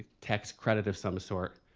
tax credit of some sort.